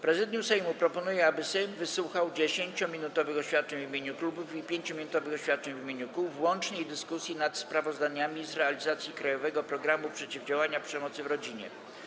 Prezydium Sejmu proponuje, aby Sejm wysłuchał 10-minutowych oświadczeń w imieniu klubów i 5-minutowych oświadczeń w imieniu kół w łącznej dyskusji nad sprawozdaniami z realizacji „Krajowego programu przeciwdziałania przemocy w Rodzinie”